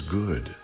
good